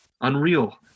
Unreal